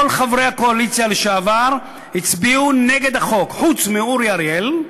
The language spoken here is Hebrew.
כל חברי הקואליציה לשעבר הצביעו נגד החוק חוץ מאורי אריאל,